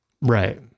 Right